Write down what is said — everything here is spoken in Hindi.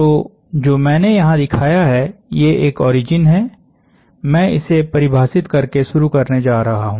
तो जो मैंने यहां दिखाया है ये एक ऑरिजिन है मैं इसे परिभाषित करके शुरू करने जा रहा हूं